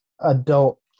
Adult